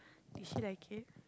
did she like it